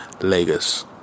Lagos